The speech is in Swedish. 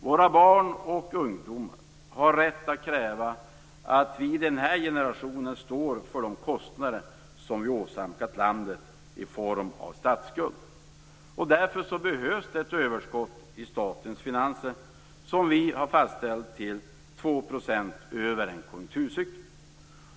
Våra barn och ungdomar har rätt att kräva att vi i den här generationen står för de kostnader som vi åsamkat landet i form av statsskuld. Därför behövs det ett överskott i statens finanser, som vi har fastställt till 2 % över en konjunkturcykel.